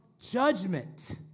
judgment